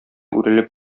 үрелеп